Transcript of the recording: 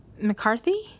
McCarthy